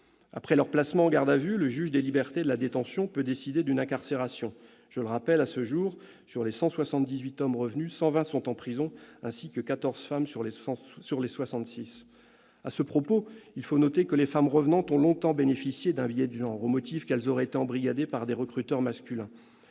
Après leur placement en garde à vue, le juge des libertés et de la détention peut décider d'une incarcération. Je le rappelle, à ce jour, sur les 178 hommes revenus, 120 sont en prison, ainsi que 14 femmes sur les 66 revenues. À ce propos, il faut noter que les femmes « revenantes » ont longtemps bénéficié d'un « biais de genre », au motif qu'elles auraient été embrigadées par des recruteurs masculins,